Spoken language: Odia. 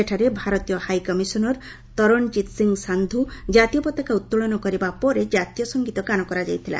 ସେଠାରେ ଭାରତୀୟ ହାଇ କମିଶନର୍ ତରଣ୍ଜିତ୍ ସିଂ ସାନ୍ଧୁ ଜାତୀୟ ପତାକା ଉତ୍ତୋଳନ କରିବା ପରେ କାତୀୟ ସଙ୍ଗୀତ ଗାନ କରାଯାଇଥିଲା